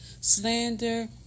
slander